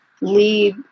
lead